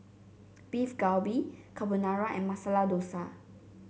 Beef Galbi Carbonara and Masala Dosa